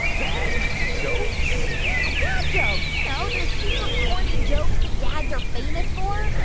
dad jokes? yeah, dad jokes, you know, those super corny jokes that dads are famous for